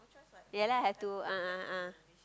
yeah lah have to a'ah a'ah